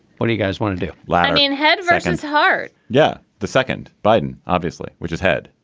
what do you guys want to do? lybian head. resendes heart. yeah. the second biden, obviously we just head.